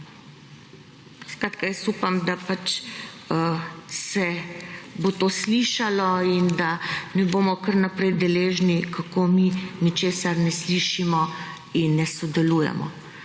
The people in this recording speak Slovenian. Skratka, jaz upam, da pač se bo to slišalo in ne bomo kar naprej deležni, kako mi ničesar ne slišimo in ne sodelujemo.